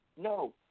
no